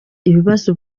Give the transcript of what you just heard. ibibazo